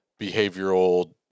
behavioral